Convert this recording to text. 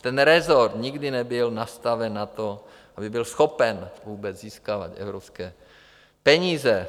Ten resort nikdy nebyl nastaven na to, aby byl schopen vůbec získávat evropské peníze.